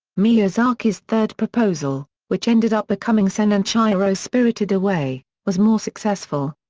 miyazaki's third proposal, which ended up becoming sen and chihiro spirited away, was more successful.